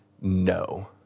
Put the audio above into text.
no